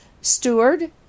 Steward